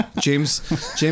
James